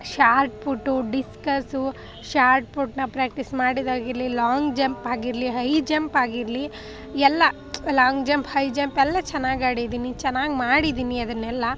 shot put discus ಶಾರ್ಟ್ಪುಟ್ನ practice ಮಾಡಿದ್ದಾಗಿರಲಿ long jump ಆಗಿರಲಿ ಹೈ ಜಂಪ್ ಆಗಿರಲಿ ಎಲ್ಲ ಲಾಂಗ್ ಜಂಪ್ ಹೈ ಜಂಪ್ ಎಲ್ಲ ಚೆನ್ನಾಗಿ ಆಡಿದ್ದೀನಿ ಚೆನ್ನಾಗಿ ಮಾಡಿದ್ದೀನಿ ಅದನ್ನೆಲ್ಲ